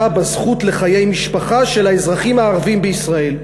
בזכות לחיי משפחה של האזרחים הערבים בישראל.